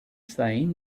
sign